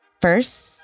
First